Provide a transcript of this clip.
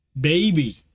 baby